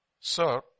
sir